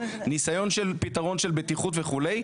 ניסיון של פתרון של בטיחות וכו',